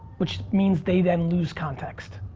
which means they then lose context.